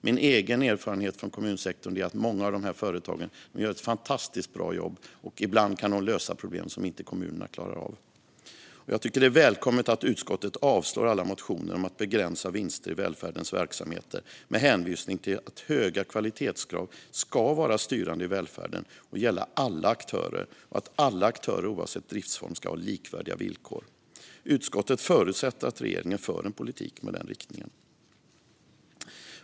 Min egen erfarenhet från kommunsektorn är att många av de här företagen gör ett fantastiskt bra jobb, och ibland kan de lösa problem som inte kommunerna klarar av. Därför är det välkommet att utskottet avstyrker alla motioner om att begränsa vinster i välfärdens verksamheter med hänvisning till att höga kvalitetskrav ska vara styrande i välfärden och gälla för alla aktörer liksom att alla aktörer, oavsett driftsform, ska ha likvärdiga villkor. Utskottet förutsätter att regeringen för en politik med den inriktningen.